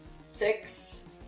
Six